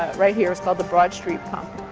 right here, it's called the broad street pump.